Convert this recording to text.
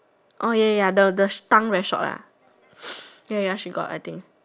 oh ya ya the the tongue very short lah ya ya she got I think